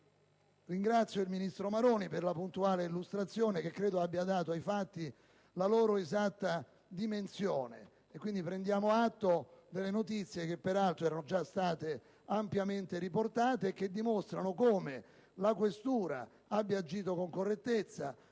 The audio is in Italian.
ringrazio il ministro Maroni per la puntuale illustrazione che credo abbia dato ai fatti la loro esatta dimensione. Quindi, prendiamo atto delle notizie che, peraltro, erano già state ampiamente riportate e che dimostrano come la questura abbia agito con correttezza,